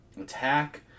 attack